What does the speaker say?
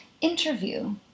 interview